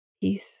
peace